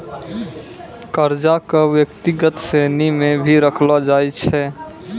कर्जा क व्यक्तिगत श्रेणी म भी रखलो जाय छै